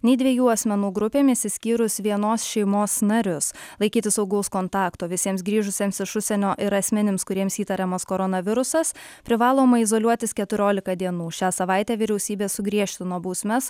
nei dviejų asmenų grupėmis išskyrus vienos šeimos narius laikytis saugaus kontakto visiems grįžusiems iš užsienio ir asmenims kuriems įtariamas koronavirusas privaloma izoliuotis keturiolika dienų šią savaitę vyriausybė sugriežtino bausmes